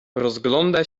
rozgląda